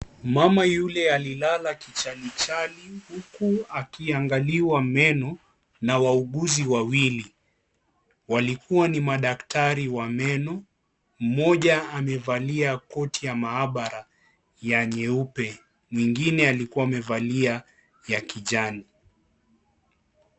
Mama yule akilala kichali Chali, huku akiangalia meno na wauguzi wawili. Walikuwa ni madaktari wa meno, mmoja amevalia koti ya mahabara ya nyeupe. Mwingine alikuwa amevalia ya kijani.